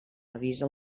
avisa